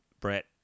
Brett